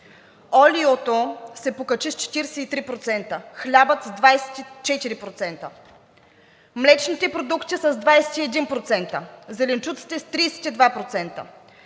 олиото се покачи с 43%, хлябът с 24%, млечните продукти с 21%, зеленчуците с 32%,